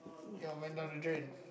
it all went down the drain